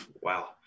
Wow